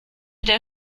der